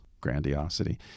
grandiosity